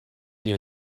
you